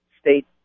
state